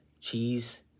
cheese